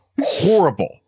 Horrible